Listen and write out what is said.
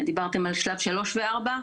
דיברתם על שלב שלוש וארבע,